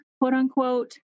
quote-unquote